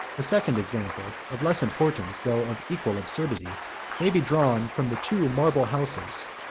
a second example, of less importance, though of equal absurdity may be drawn from the two marble horses,